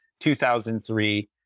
2003